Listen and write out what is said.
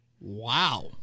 Wow